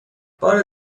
بار